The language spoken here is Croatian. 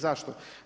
Zašto?